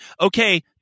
okay